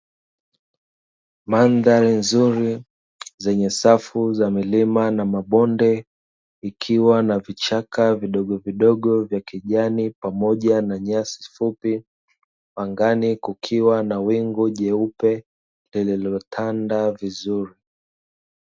Mandhari nzuri zenye safu za milima na mabonde, ikiwa na vichaka vidogovidogo vya kijani pamoja na nyasi fupi, angani kukiwa na wingu jeupe lililotanda vizuri.